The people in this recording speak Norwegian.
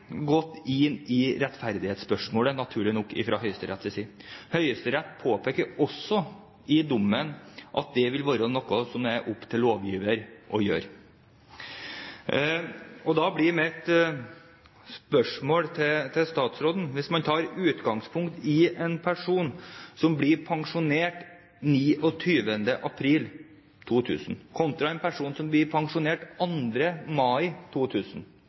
i rettferdighetsspørsmålet, naturlig nok, fra Høyesteretts side. Høyesterett påpeker i dommen at det vil være noe som det er opp til lovgiver å gjøre. Man kan ta utgangspunkt i en person som ble pensjonert 29. april 2000 kontra en person som ble pensjonert 2. mai 2000,